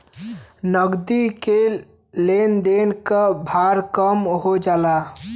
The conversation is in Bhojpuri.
नगदी के लेन देन क भार कम हो जाला